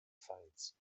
pfalz